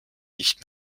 nicht